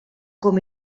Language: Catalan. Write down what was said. com